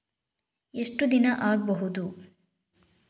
ಎಷ್ಟು ದಿನ ಆಗ್ಬಹುದು?